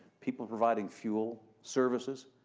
people providing fuel, services,